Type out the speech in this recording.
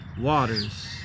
waters